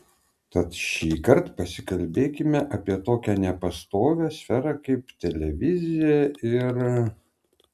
tad šįkart pasikalbėsime apie tokią nepastovią sferą kaip televizija ir